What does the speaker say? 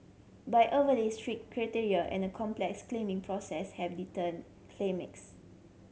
but overly strict criteria and a complex claiming process have deterred